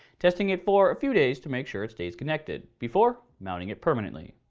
testing it for a few days to make sure it stays connected, before mounting it permanently.